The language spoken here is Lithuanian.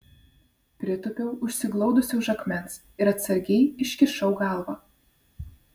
pritūpiau užsiglaudusi už akmens ir atsargiai iškišau galvą